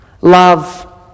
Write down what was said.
love